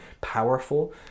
powerful